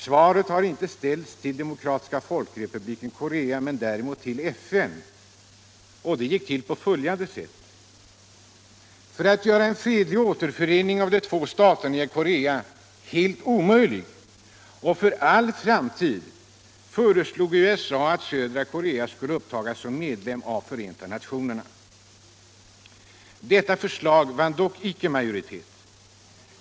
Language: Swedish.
Svaret har som sagt inte ställts till Demokratiska folkrepubliken Korea utan till FN, och det gick till på följande sätt: För att göra en fredlig återförening av de två staterna i Korea helt omöjlig, och det för all framtid, föreslog USA att södra Korea skulle upptagas som medlem av FN. Detta förslag vann dock icke majoritet.